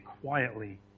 quietly